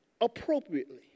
appropriately